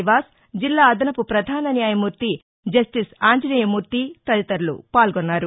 నివాస్ జిల్లా అదనపు ప్రధాన న్యాయమూర్తి జస్టిస్ ఆంజనేయ మూర్తి తదితరులు పాల్గొన్నారు